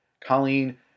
Colleen